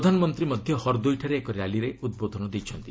ପ୍ରଧାନମନ୍ତ୍ରୀ ମଧ୍ୟ ହରଦୋଇଠାରେ ଏକ ର୍ୟାଲିରେ ଉଦ୍ବୋଧନ ଦେଇଛନ୍ତି